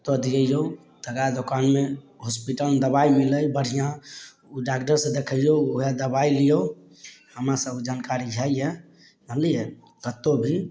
ओत्तऽ दियैइयौ दबाइ दोकानमे हॉस्पिटलमे दबाइ मिलै बढ़िआँ डॉक्टरसँ देखैइयौ उएह दबाइ लियौ हमरा सब जानकारी हइए जनलियै कत्तौ भी